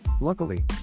Luckily